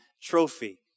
trophy